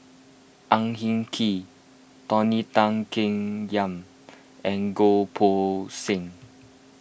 Ang Hin Kee Tony Tan Keng Yam and Goh Poh Seng